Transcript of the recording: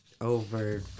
over